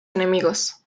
enemigos